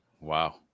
wow